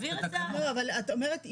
את אומרת אישור.